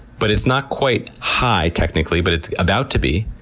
but it's not quite high, technically, but it's about to be.